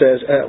says